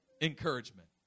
Encouragement